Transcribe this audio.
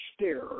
stare